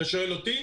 אם אתה שואל אותי,